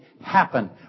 happen